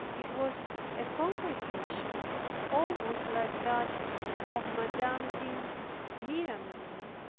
it was a congregation almost like that of madame de miramion.